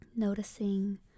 Noticing